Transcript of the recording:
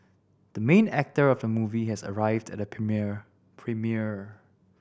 the main actor of the movie has arrived at the premiere premiere